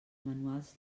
manuals